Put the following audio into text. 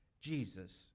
Jesus